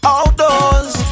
Outdoors